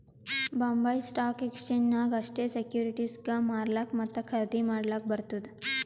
Bombay stock exchange ನಾಗ್ ಅಷ್ಟೇ ಸೆಕ್ಯೂರಿಟಿಸ್ಗ್ ಮಾರ್ಲಾಕ್ ಮತ್ತ ಖರ್ದಿ ಮಾಡ್ಲಕ್ ಬರ್ತುದ್